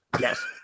Yes